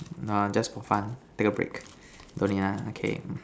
nah just for fun take a break don't need ah okay